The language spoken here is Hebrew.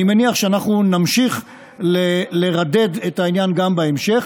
אני מניח שאנחנו נמשיך לרדד את העניין גם בהמשך,